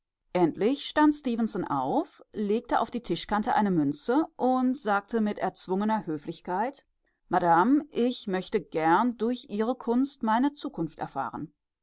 endlich stand stefenson auf legte auf die tischkante eine münze und sagte mit erzwungener höflichkeit madame ich möchte gern durch ihre kunst meine zukunft erfahren